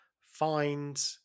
find